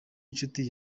inshuti